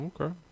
Okay